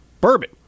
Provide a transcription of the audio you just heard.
bourbon